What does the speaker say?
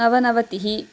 नवनवतिः